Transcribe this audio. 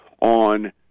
on